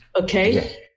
Okay